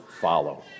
follow